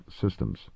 systems